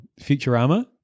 Futurama